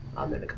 on the